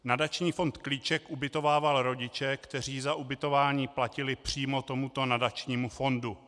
Nadační fond Klíček ubytovával rodiče, kteří za ubytování platili přímo tomuto nadačnímu fondu.